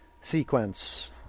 sequence